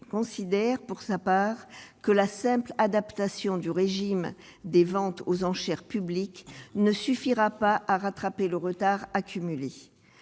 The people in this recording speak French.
considère pour sa part que la simple adaptation du régime des ventes aux enchères publiques ne suffira pas à rattraper le retard accumulé